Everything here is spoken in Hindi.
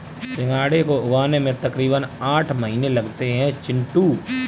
सिंघाड़े को उगने में तकरीबन आठ महीने लगते हैं चिंटू